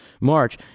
March